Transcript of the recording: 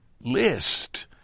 list